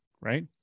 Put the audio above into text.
right